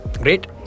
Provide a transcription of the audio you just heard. Great